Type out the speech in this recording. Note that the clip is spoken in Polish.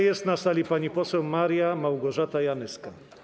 Jest na sali pani poseł Maria Małgorzata Janyska.